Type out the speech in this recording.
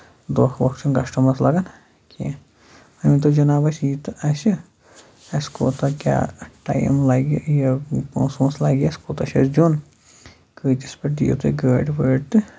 دۄنکھٕ وونکھٕ چھُنہٕ کَسٹمَرس لگان کیٚنٛہہ وۄنۍ ؤنۍتَو جِناب اسہِ یی تہٕ اسہِ اَسہِ کوٗتاہ کیاہ ٹایم لَگہِ یہِ پونسہٕ وونسہٕ لگہِ اَسہِ کوٗتاہ چھُ اسہِ دیُن کۭتِس پٮ۪ٹھ دِیو تُہۍ گٲڑۍ وٲڑۍ تہٕ